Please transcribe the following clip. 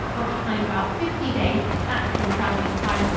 occupying about fifty days, actual traveling time,